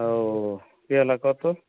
ଆଉ କି ହେଲା କୁହ ତ